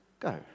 Go